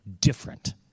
different